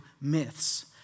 myths